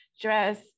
dress